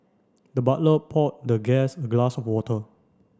the butler poured the guest a glass of water